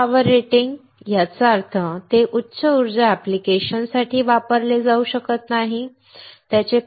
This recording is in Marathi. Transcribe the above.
एक कमी पॉवर रेटिंग याचा अर्थ ते उच्च उर्जा ऍप्लिकेशन्ससाठी वापरले जाऊ शकत नाही